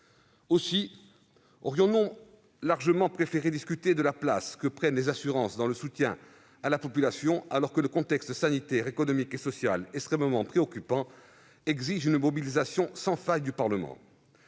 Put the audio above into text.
Aussi aurions-nous largement préféré discuter de la place que prennent les assurances dans le soutien à la population, alors que le contexte sanitaire, économique et social extrêmement préoccupant exige une mobilisation sans faille du Parlement.